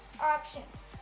options